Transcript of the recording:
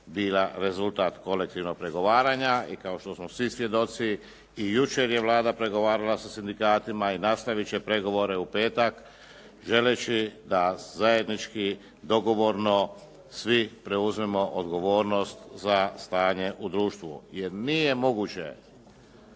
bila rezultat kolektivnog pregovaranja. I kao što smo svi svjedoci i jučer je Vlada pregovarala sa sindikatima, i nastavit će pregovore u petak želeći da zajednički dogovorno svi preuzmemo odgovornost za stanje u društvu jer nije moguće